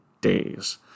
days